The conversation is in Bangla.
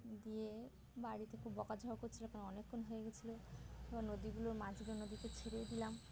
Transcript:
দিয়ে বাড়িতে খুব বকাঝকা করছিল কারণ অনেকক্ষণ হয়ে গিয়েছিলো বা নদীগুলো মাছগুলো নদীতে ছেড়ে দিলাম